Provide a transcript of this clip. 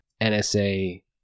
NSA